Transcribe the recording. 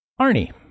Arnie